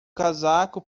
casaco